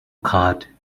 card